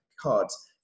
cards